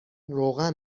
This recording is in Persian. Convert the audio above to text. روغن